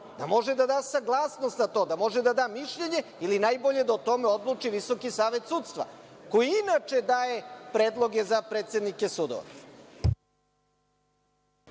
da može da da saglasnost na to, da može da da mišljenje ili najbolje o tome odluči VSS, koji inače daje predloge za predsednike sudova.